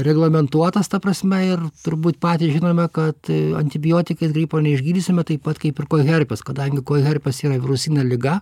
reglamentuotas ta prasme ir turbūt patys žinome kad antibiotikais gripo neišgydysime taip pat kaip ir koherpes kadangi koherpes yra virusinė liga